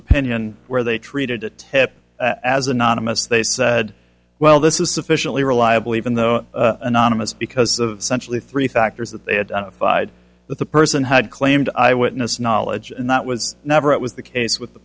opinion where they treated a tip as anonymous they said well this is sufficiently reliable even though anonymous because of centrally three factors that they identified that the person had claimed i witnessed knowledge and that was never it was the case with the